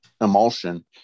emulsion